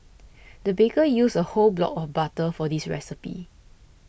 the baker used a whole block of butter for this recipe